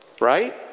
Right